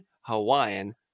Hawaiian